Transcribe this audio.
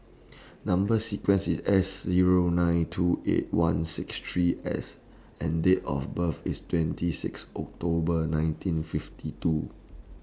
Number sequence IS S Zero nine two eight one six three S and Date of birth IS twenty six October nineteen fifty two